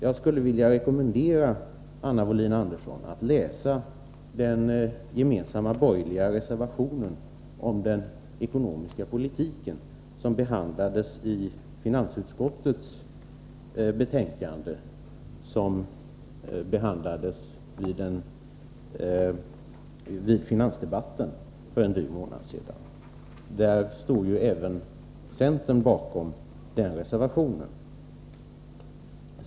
Jag skulle vilja rekommendera Anna Wohlin-Andersson att läsa den gemensamma borgerliga reservationen till finansutskottets betänkande om den ekonomiska politiken som behandlades vid finansdebatten för en dryg månad sedan. Även centern stod bakom den reservationen.